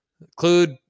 Include